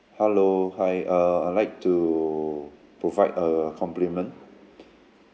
hello hi uh I'll like to provide a compliment